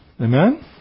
Amen